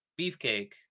beefcake